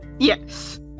Yes